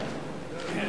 דקות.